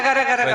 רגע, רגע.